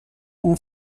اون